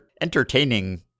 entertaining